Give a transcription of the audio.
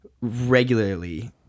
regularly